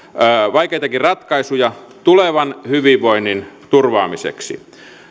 vaikeitakin ratkaisuja tulevan hyvinvoinnin turvaamiseksi